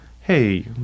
hey